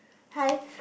hi